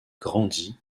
grandit